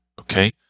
Okay